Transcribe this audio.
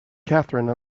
katherine